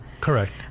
Correct